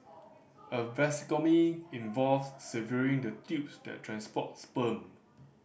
a vasectomy involves severing the tubes that transport sperm